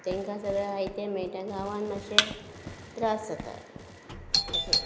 तांकां सगळें आयतें मेळटा गांवांत मातशे त्रास जाता अशें